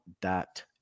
dot